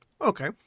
Okay